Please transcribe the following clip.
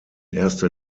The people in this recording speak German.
erster